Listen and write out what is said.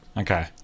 Okay